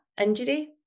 injury